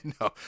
No